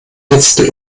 letzte